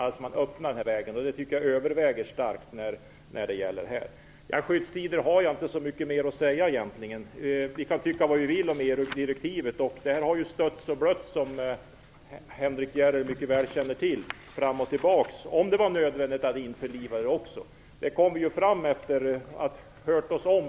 Denna möjlighet överväger starkt i detta sammanhang. När det gäller skyddstider har jag inte så mycket mer att tillägga. Vi kan tycka vad vi vill om EU direktivet. Som Henrik S Järrel mycket väl känner till har ju frågan om det var nödvändigt att införliva förslaget om skyddstider stötts och blötts.